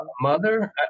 mother